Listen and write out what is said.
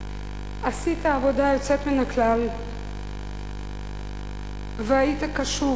עשית עבודה יוצאת מן הכלל והיית קשוב